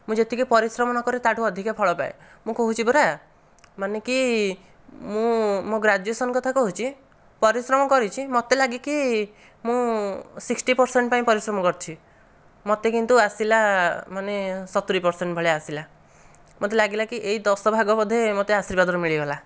ମୁଁ ଯେତିକି ପରିଶ୍ରମ ନକରେ ତା' ଠାରୁ ଅଧିକା ଫଳ ପାଏ ମୁଁ କହୁଛି ପରା ମାନେ କି ମୁଁ ମୋ ଗ୍ରାଜୁଏସନ କଥା କହୁଛି ପରିଶ୍ରମ କରିଛି ମୋତେ ଲାଗେ କି ମୁଁ ସିକ୍ସିଟି ପର୍ସେଣ୍ଟ୍ ପାଇଁ ପରିଶ୍ରମ କରିଛି ମୋତେ କିନ୍ତୁ ଆସିଲା ମାନେ ସତୁରି ପ୍ରସେଣ୍ଟ୍ ଭଳିଆ ଆସିଲା ମୋତେ ଲାଗିଲା କି ଏଇ ଦଶଭାଗ ବୋଧେ ମୋତେ ଆର୍ଶୀବାଦ୍ ରୁ ମିଳିଗଲା